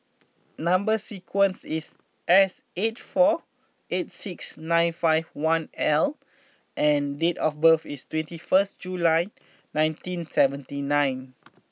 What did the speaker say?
number sequence is S four three eight six nine five one L and date of birth is twenty first July nineteen seventy nine